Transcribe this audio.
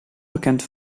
bekend